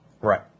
Right